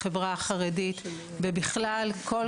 החברה החרדית ובכלל כל